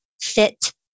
Fit